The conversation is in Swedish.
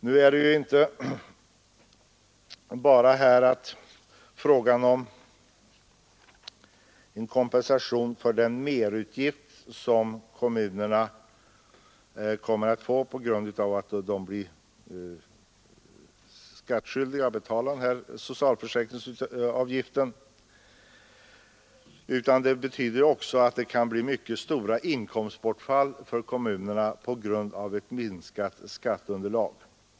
Nu är det ju inte bara fråga om kompensation för den merutgift som kommunerna får på grund av skyldigheten att betala den föreslagna socialförsäkringsavgiften. Denna kommer också att medföra stora inkomstbortfall för kommunerna på grund av ett minskat skatteunderlag.